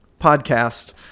podcast